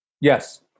Yes